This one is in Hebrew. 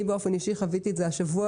אני באופן אישי חוויתי את זה השבוע